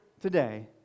today